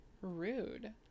rude